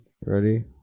Ready